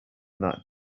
that